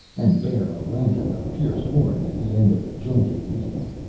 and bare a lantern of pierced horn at the end of a jointed reed.